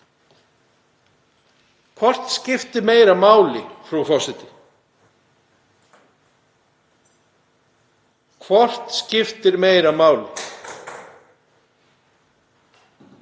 Hvort skiptir meira máli, frú forseti? Hvort skiptir meira máli?